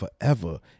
forever